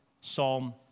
psalm